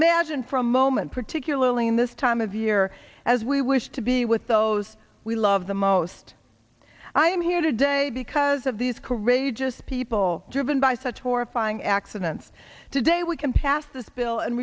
magine for a moment particularly in this time of year as we wish to be with those we love the most i am here today because of these courageous people driven by such horrifying accidents today we can pass this bill and